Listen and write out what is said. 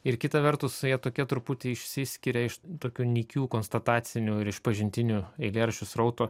ir kita vertus jie tokie truputį išsiskiria iš tokių nykių konstatacinių ir išpažintinių eilėraščių srauto